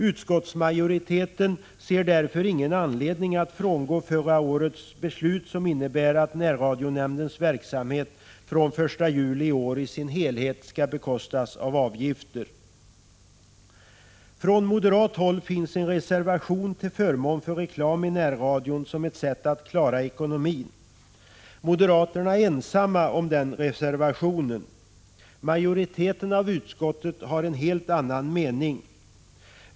Utskottsmajoriteten ser därför ingen anledning att frångå förra årets beslut, som innebar att närradionämndens verksamhet från den 1 juli i år i sin helhet skall bekostas med avgifter. Från moderat håll finns en reservation till förmån för reklam i närradion som ett sätt att klara ekonomin. Moderaterna är ensamma om den reservationen. Majoriteten i utskottet har en helt annan mening.